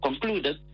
concluded